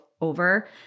over